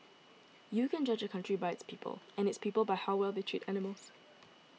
you can judge a country by its people and its people by how well they treat animals